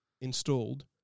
installed